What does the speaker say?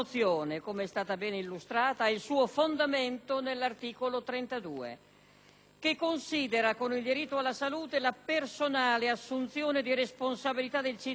che considera, con il diritto alla salute, la personale assunzione di responsabilità del cittadino verso di sé nel momento della sua maggiore fragilità.